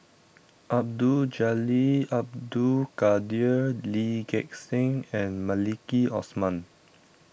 Abdul Jalil Abdul Kadir Lee Gek Seng and Maliki Osman